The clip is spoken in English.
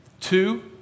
Two